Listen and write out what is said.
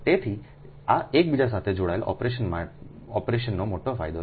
તેથી આ એકબીજા સાથે જોડાયેલા ઓપરેશનનો મોટો ફાયદો છે